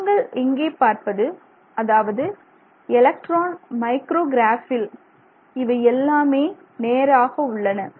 நீங்கள் இங்கே பார்ப்பது அதாவது எலக்ட்ரான் மைக்ரோக்ராபில் இவை எல்லாமே நேராக உள்ளன